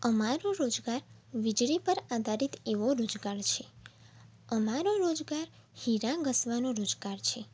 અમારો રોજગાર વીજળી પર આધારિત એવો રોજગાર છે અમારો રોજગાર હીરા ઘસવાનો રોજગાર છે